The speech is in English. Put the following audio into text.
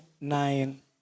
nine